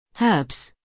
Herbs